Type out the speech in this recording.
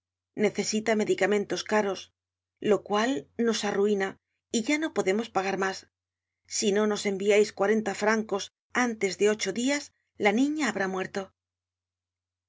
necesita medicamentos caros lo cual nos arruina y ya no podemos pagar mas si no nos enviais cuarenta francos antes de ocho dias la niña habrá muerto